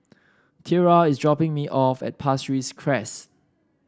Tiera is dropping me off at Pasir Ris Crest